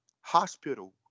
hospital